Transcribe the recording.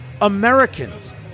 Americans